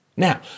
Now